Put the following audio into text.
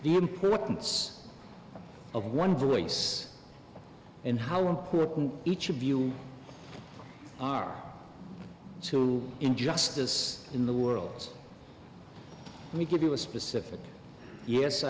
the importance of one voice and how important each of you are to injustice in the worlds let me give you a specific yes